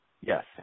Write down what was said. Yes